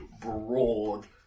broad